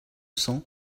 cent